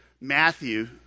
Matthew